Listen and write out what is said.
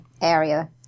area